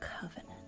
covenant